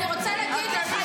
את מזלזלת בשכול של אנשים.